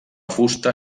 fusta